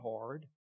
hard